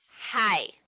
Hi